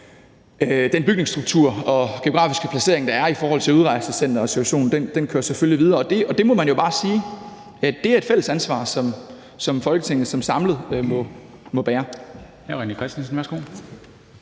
den bygningsstruktur og geografiske placering, der er i forhold til udrejsecentersituationen, selvfølgelig videre, og det må man bare sige er et fælles ansvar, som Folketinget samlet må bære.